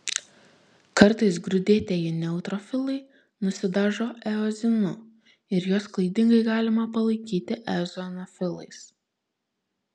kartais grūdėtieji neutrofilai nusidažo eozinu ir juos klaidingai galima palaikyti eozinofilais